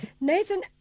Nathan